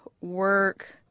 work